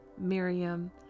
Miriam